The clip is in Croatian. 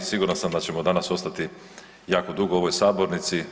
Siguran sam da ćemo danas ostati jako dugo u ovoj sabornici.